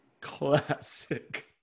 classic